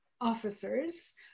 officers